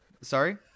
sorry